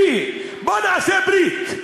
בואו נעשה ברית,